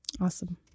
Awesome